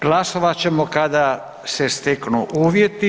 Glasovat ćemo kada se steknu uvjeti.